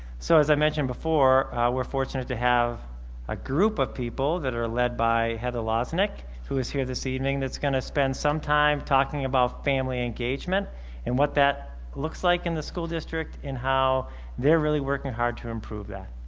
so as i mentioned before, we're fortunate to have a group of people that are led by heather losneck who is here this evening that's going to spend some time talking about family engagement and what that looks like in the school district in how they're really working hard to improve that.